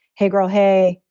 hey, girl, hey,